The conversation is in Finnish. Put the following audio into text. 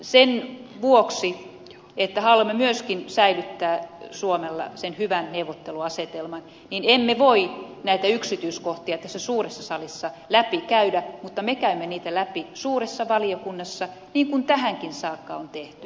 sen vuoksi että haluamme myöskin säilyttää suomella sen hyvän neuvotteluasetelman emme voi näitä yksityiskohtia tässä suuressa salissa läpi käydä mutta me käymme niitä läpi suuressa valiokunnassa niin kuin tähänkin saakka on tehty